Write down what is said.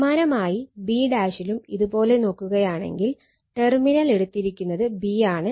സമാനമായി b ലും ഇത് പോലെ നോക്കുകയാണെങ്കിൽ ടെർമിനൽ എടുത്തിരിക്കുന്നത് b ആണ്